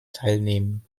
teilnehmen